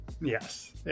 Yes